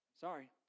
sorry